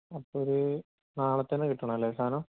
അപ്പോഴോരു നാളെത്തന്നെ കിട്ടണമല്ലേ സാധനം